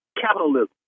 capitalism